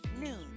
noon